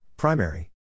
Primary